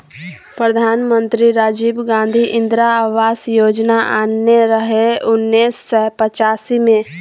प्रधानमंत्री राजीव गांधी इंदिरा आबास योजना आनने रहय उन्नैस सय पचासी मे